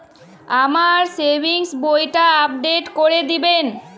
আমার সেভিংস বইটা আপডেট করে দেবেন?